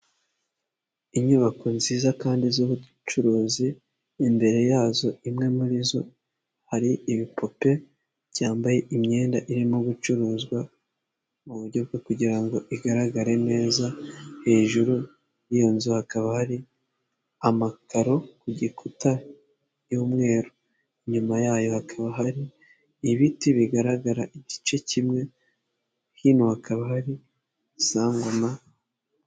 Inyubako nziza kandi z'ubucuruzi, imbere yazo imwe muri zo hari ibipupe byambaye imyenda irimo gucuruzwa, mu buryo bwo kugira ngo igaragare neza, hejuru y'iyo nzu hakaba hari amakaro ku gikuta y'umweru. Inyuma yayo hakaba hari ibiti bigaragara igice kimwe, hino hakaba hari za ngoma